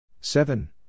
Seven